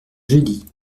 jeudi